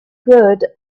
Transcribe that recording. good